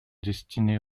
destinée